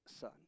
son